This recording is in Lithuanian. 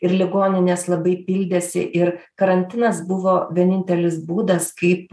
ir ligoninės labai pildėsi ir karantinas buvo vienintelis būdas kaip